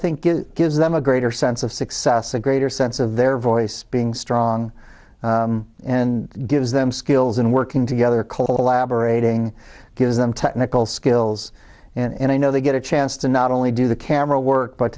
think it gives them a greater sense of success a greater sense of their voice being strong and gives them skills and working together collaborating gives them technical skills and i know they get a chance to not only do the camera work but